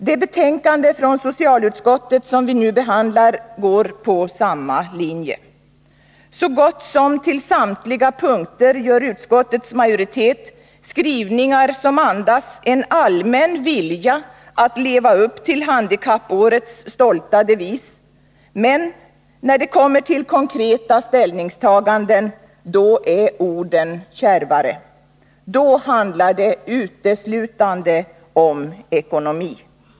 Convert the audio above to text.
Det betänkande från socialutskottet som vi nu behandlar följer samma linje. Så gott som på samtliga punkter gör utskottets majoritet skrivningar som andas en allmän vilja att leva upp till handikappårets stolta devis, men när det kommer till konkreta ställningstaganden är orden kärvare. Då handlar det uteslutande om ekonomi.